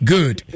Good